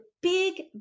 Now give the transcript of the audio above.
big